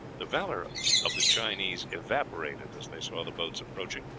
the valor of the chinese evaporated as they saw the boats approaching,